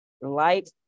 light